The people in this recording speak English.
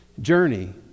journey